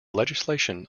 legislation